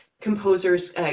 composers